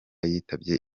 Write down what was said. yitabye